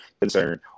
concern